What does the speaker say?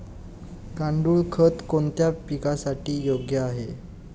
गांडूळ खत कोणत्या पिकासाठी योग्य आहे?